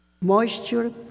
moisture